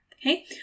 Okay